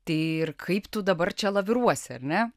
tai ir kaip tu dabar čia laviruoti ar ne